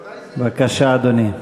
בבקשה, אדוני.